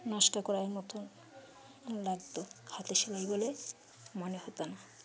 নস্কা নকসা করার মতন লাগতো হাতে সেলাই বলে মনে হতো না